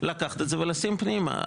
לקחת את זה ולשים פנימה.